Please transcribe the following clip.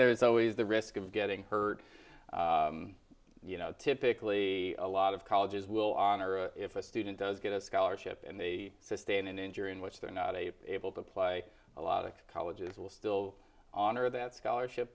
there is always the risk of getting hurt you know typically a lot of colleges will honor a if a student does get a scholarship and they sustain an injury in which they're not a pebble to apply a lot of colleges will still honor that scholarship